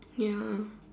ya